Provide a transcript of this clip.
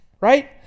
right